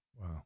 Wow